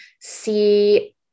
see